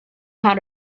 how